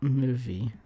movie